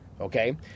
okay